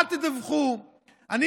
אל תדווחו.